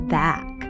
back